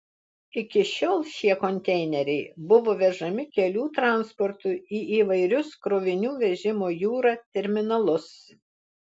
iki šiol šie konteineriai buvo vežami kelių transportu į įvairius krovinių vežimo jūra terminalus